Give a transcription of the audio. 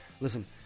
listen